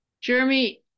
Jeremy